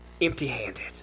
empty-handed